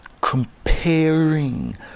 comparing